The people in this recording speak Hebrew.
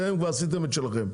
אתם כבר עשיתם את שלכם.